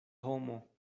homo